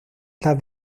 las